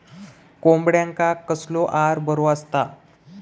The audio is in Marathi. कोंबड्यांका कसलो आहार बरो असता?